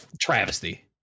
travesty